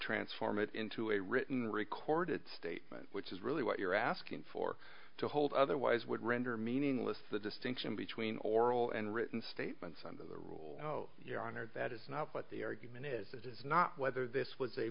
transform it into a written recorded statement which is really what you're asking for to hold otherwise would render meaningless the distinction between oral and written statements under the rule your honor that is not what the argument is that is not whether this was a